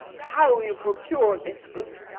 how you procured this fruit,